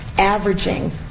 averaging